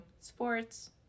sports